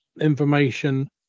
information